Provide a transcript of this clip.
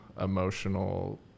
emotional